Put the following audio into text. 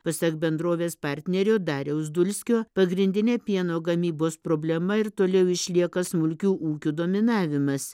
pasak bendrovės partnerio dariaus dulskio pagrindinė pieno gamybos problema ir toliau išlieka smulkių ūkių dominavimas